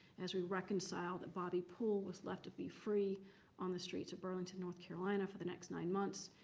as we reconcile that bobby poole was left to be free on the streets of burlington, north carolina for the next nine months.